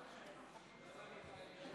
אדוני השר,